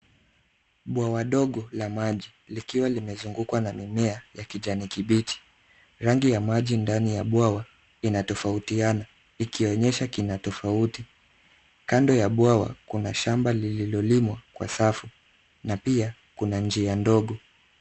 Bwawa ndogo la maji likiwa limezungukwa na mimea ya kijani kibichi. Rangi ya maji ndani ya bwawa inatofautiana ikionyesha kina tofauti. Kando ya bwawa kuna shamba lililolimwa kwa safu na pia kuna njia ndogo.